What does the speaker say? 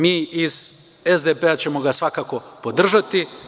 Mi iz SDP ćemo ga svakako podržati.